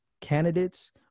candidates